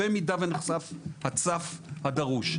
במידה ונחשף הסף הדרוש.